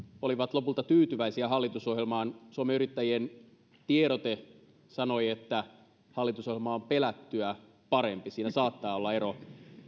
olivat lopulta tyytyväisiä hallitusohjelmaan suomen yrittäjien tiedote sanoi että hallitusohjelma on pelättyä parempi siinä saattaa olla ero